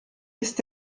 ist